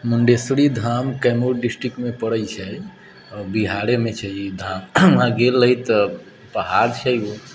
Mundeshwari Dham Kaimur district मे पड़ै छै बिहारेमे छै ई धाम वहाँ गेल रहि तऽ पहाड़ छै एकगो